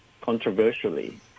controversially